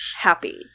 happy